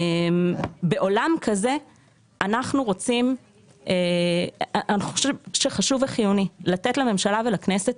בעולם כזה אנחנו חושבים שחשוב וחיוני לתת לממשלה ולכנסת